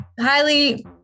highly